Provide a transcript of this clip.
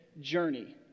journey